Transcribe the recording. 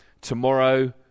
tomorrow